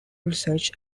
research